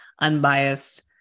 unbiased